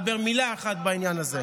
לא שמעתי אותו מדבר מילה אחת בעניין הזה,